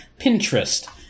pinterest